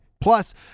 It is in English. Plus